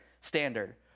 standard